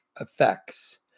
effects